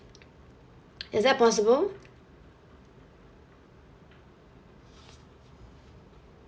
is that possible